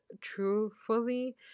truthfully